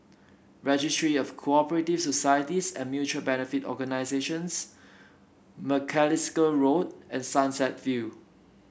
Registry of Co operative Societies and Mutual Benefit Organisations Macalister Road and Sunset View